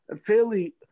fairly